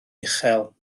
uchel